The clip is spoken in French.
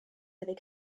avec